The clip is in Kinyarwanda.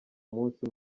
munsi